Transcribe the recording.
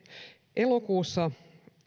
elokuussa